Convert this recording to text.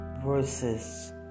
Verses